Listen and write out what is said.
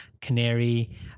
Canary